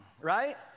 right